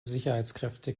sicherheitskräfte